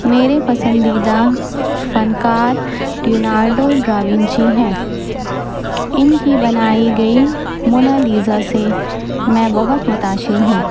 میرے پسندیدہ فنکار ڈیونالڈو ڈراوونچی ہیں ان کی بنائی گئی منا لیزا سے میں بہت متثر ہوں